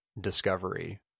Discovery